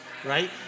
right